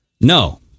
No